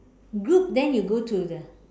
group then you go to the